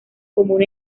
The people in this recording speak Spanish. comunes